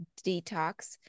Detox